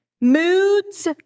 moods